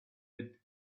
with